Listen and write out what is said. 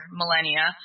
millennia